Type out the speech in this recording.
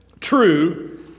true